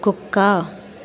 కుక్క